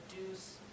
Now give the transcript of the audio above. reduce